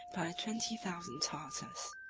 by twenty thousand tartars.